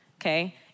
Okay